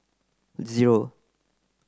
zero